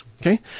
Okay